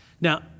Now